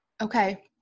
Okay